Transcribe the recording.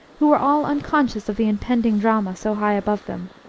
who were all unconscious of the impending drama so high above them.